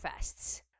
fests